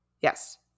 Yes